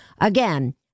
Again